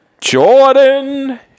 Jordan